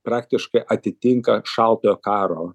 praktiškai atitinka šaltojo karo